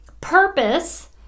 purpose